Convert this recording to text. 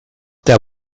der